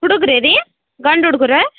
ಹುಡುಗರೆ ರೀ ಗಂಡು ಹುಡ್ಗರೆ